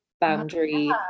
boundary